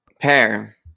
Pair